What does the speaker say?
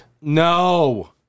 No